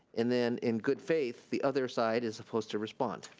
and then in good faith the other side is supposed to respond,